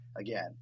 again